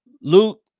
Luke